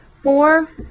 Four